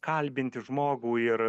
kalbinti žmogų ir